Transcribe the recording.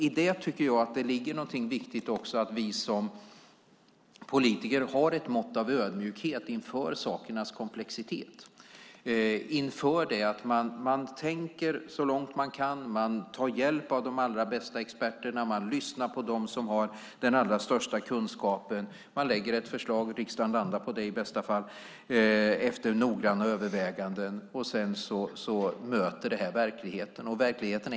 I det tycker jag att det ligger något viktigt: att vi som politiker har ett mått av ödmjukhet inför sakernas komplexitet. Man tänker så långt man kan. Man tar hjälp av de allra bästa experterna. Man lyssnar på dem som har den allra största kunskapen. Man lägger fram ett förslag efter noggranna överväganden, och riksdagen landar på det, i bästa fall. Sedan möter det verkligheten.